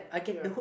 ya